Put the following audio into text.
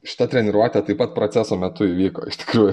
šita treniruotė taip pat proceso metu įvyko iš tikrųjų